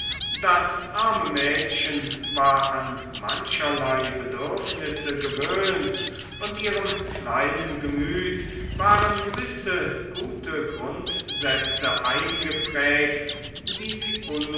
das arme mädchen war an mancherlei bedürfnisse gewöhnt und ihrem kleinen gemüt waren gewisse gute grundsätze eingeprägt die sie